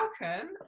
welcome